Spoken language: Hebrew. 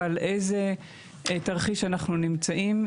ועל איזה תרחיש אנחנו נמצאים.